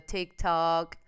TikTok